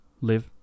live